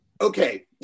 okay